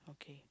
okay